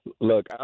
Look